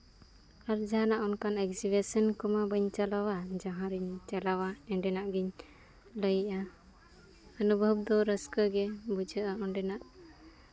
ᱟᱨ ᱡᱟᱦᱟᱱᱟᱜ ᱚᱱᱠᱟᱱ ᱮᱠᱡᱤᱵᱷᱤᱥᱮᱱ ᱠᱚᱢᱟ ᱵᱟᱹᱧ ᱪᱟᱞᱟᱣᱟ ᱡᱟᱦᱟᱸ ᱨᱤᱧ ᱪᱟᱞᱟᱣᱟ ᱮᱸᱰᱮᱱᱟᱜ ᱜᱤᱧ ᱞᱟᱹᱭᱮᱜᱼᱟ ᱚᱱᱩᱵᱷᱚᱵ ᱫᱚ ᱨᱟᱹᱥᱠᱟᱹ ᱜᱮ ᱵᱩᱡᱷᱟᱹᱜᱼᱟ ᱚᱸᱰᱮᱱᱟᱜ